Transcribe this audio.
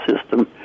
system